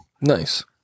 nice